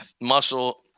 muscle